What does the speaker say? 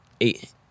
Eight